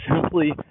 simply